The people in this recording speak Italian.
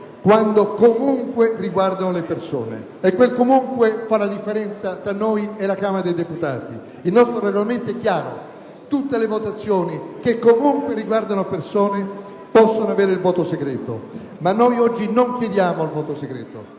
quando comunque riguardano le persone. Quel "comunque" fa la differenza tra noi e la Camera dei deputati. Il nostro Regolamento è chiaro: tutte le votazioni che comunque riguardino persone possono avere il voto segreto. Oggi, però, noi non chiediamo il voto segreto